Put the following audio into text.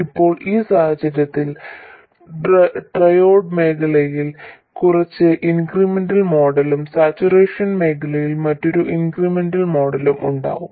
ഇപ്പോൾ ഈ സാഹചര്യത്തിൽ ട്രയോഡ് മേഖലയിൽ കുറച്ച് ഇൻക്രിമെന്റൽ മോഡലും സാച്ചുറേഷൻ മേഖലയിൽ മറ്റൊരു ഇൻക്രിമെന്റൽ മോഡലും ഉണ്ടാകും